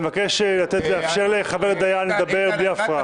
אני מבקש לאפשר לחבר הכנסת דיין לדבר בלי הפרעה.